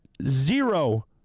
zero